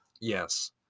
Yes